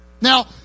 Now